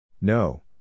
No